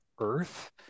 Earth